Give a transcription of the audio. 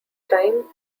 time